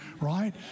right